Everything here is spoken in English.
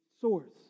source